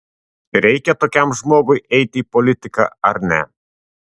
reikia tokiam žmogui eiti į politiką ar ne